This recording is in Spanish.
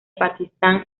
pakistán